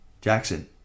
Jackson